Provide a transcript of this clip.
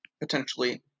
potentially